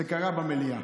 זה קרה במליאה,